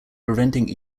preventing